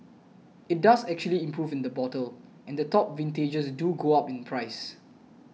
it does actually improve in the bottle and the top vintages do go up in price